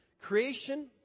creation